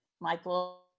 Michael